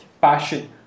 passion